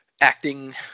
acting